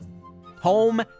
home